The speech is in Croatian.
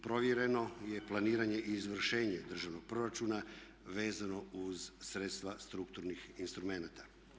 Provjereno je planiranje i izvršenje državnog proračuna vezano uz sredstva strukturnih instrumenata.